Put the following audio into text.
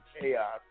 chaos